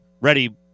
ready